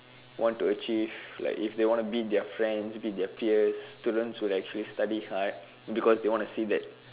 want to achieve like if they want to beat their friends beat their peers students will actually study hard because they want to say that